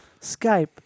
Skype